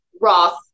Roth